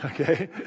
Okay